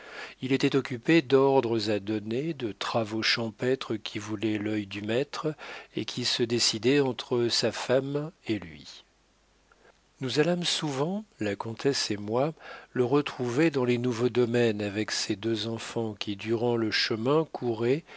il était occupé d'ordres à donner de travaux champêtres qui voulaient l'œil du maître et qui se décidaient entre sa femme et lui nous allâmes souvent la comtesse et moi le retrouver dans les nouveaux domaines avec ses deux enfants qui durant le chemin couraient